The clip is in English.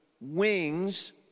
wings